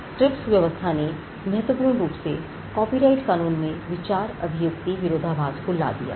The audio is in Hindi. TRIPS व्यवस्था ने महत्वपूर्ण रूप से कॉपीराइट कानून में विचार अभिव्यक्ति विरोधाभास को ला दिया है